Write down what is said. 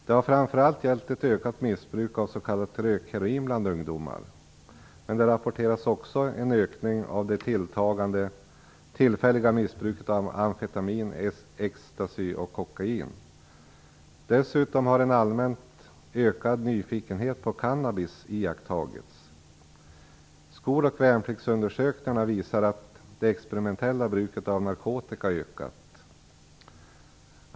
Det har framför allt gällt ett ökat missbruk av s.k. rökheroin bland ungdomar, med det rapporteras också en ökning av det tillfälliga missbruket av amfetamin, ecstasy och kokain bland vuxna. Dessutom har en allmänt ökad nyfikenhet på cannabis iakttagits. Skol och värnpliktsundersökningarna visar att det experimentella bruket av narkotika ökat.